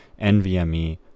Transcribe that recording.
NVMe